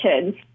kids